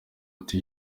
ati